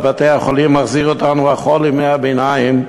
בבתי-החולים מחזיר אותנו אחור לימי הביניים,